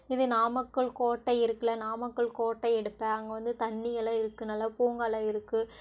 இது நாமக்கல் கோட்டை இருக்குல்ல நாமக்கல் கோட்டை எடுப்பேன் அங்கே வந்து தண்ணியெல்லாம் இருக்கு நல்ல பூங்காலாம் இருக்கு